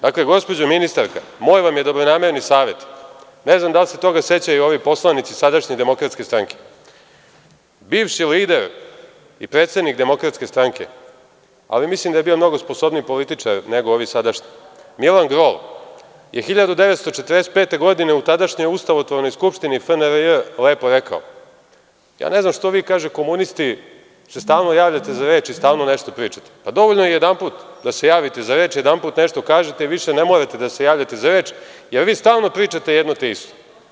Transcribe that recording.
Dakle, gospođo ministar, moj vam je dobronamerni savet, ne znam da li se toga sećaju ovi narodni poslanici sadašnji DS, bivši lider i predsednik DS, ali mislim da je bio mnogo sposobniji političar nego ovi sadašnji, Milan Grol, je 1945. godine u tadašnjoj Ustavotvornoj skupštini FNRJ – ne znam što se vi komunisti stalno javljate za reč i stalno nešto pričate, pa, dovoljno je jedanput da se javite za reč, jedanput nešto kažete i više ne morate da se javljate za reč, jer vi stalno pričate jedno te isto.